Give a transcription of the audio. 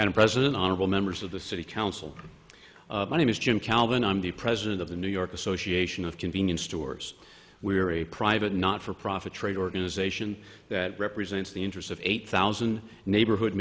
madam president honorable members of the city council my name is jim calvin i'm the president of the new york association of convenience stores we are a private not for profit trade organization that represents the interests of eight thousand neighborhood